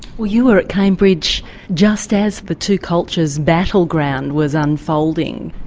well you were at cambridge just as the two cultures battleground was unfolding.